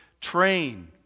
train